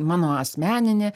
mano asmeninė